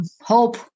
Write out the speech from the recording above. hope